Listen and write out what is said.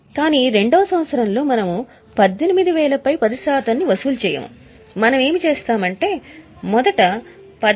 కానీ 2 వ సంవత్సరంలో మనము 18000 పై 10 శాతం వసూలు చేయము మనం ఏమి చేస్తాం అంటే మొదట రూ